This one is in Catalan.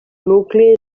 nucli